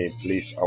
please